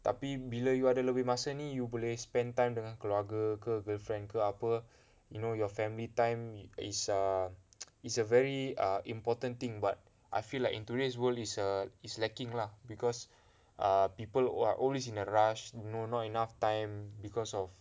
tapi bila ada lebih masa ni you boleh spend time dengan keluarga ke girlfriend ke apa you know your family time is a is a very err important thing but I feel like in today's world is err is lacking lah because err people who are always in a rush no not enough time because of